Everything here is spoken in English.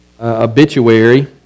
obituary